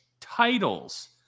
titles